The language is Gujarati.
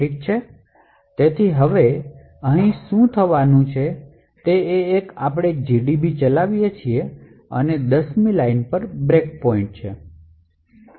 ઠીક છે તેથી અહીં શું થવાનું છે તે છે કે આપણે gdb ચલાવીએ છીએ અને 10 મી લાઈન પર બ્રેક પોઇન્ટ છે